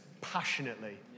passionately